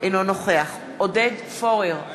אינו נוכח עודד פורר,